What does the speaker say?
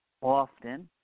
often